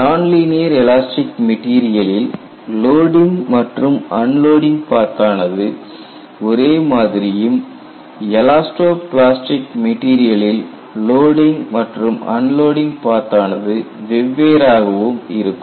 nonlinear elastic மெட்டீரியலில் loading மற்றும் unloading path ஆனது ஒரே மாதிரியும் எலாஸ்டோ பிளாஸ்டிக் மெட்டீரியலில் லோடிங் மற்றும் அன்லோடிங் பாத் ஆனது வெவ்வேறாகவும் இருக்கும்